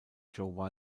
joe